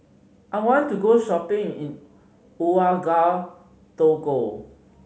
I want to go shopping in Ouagadougou